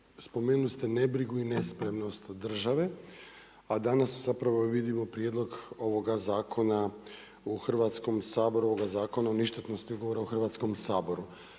spomenuli ste nebrigu i nespremnost države a danas zapravo vidimo prijedlog ovog zakona u Hrvatskom saboru ovoga Zakona o ništetnosti ugovora u Hrvatskom saboru.